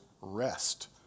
rest